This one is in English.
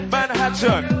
Manhattan